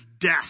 death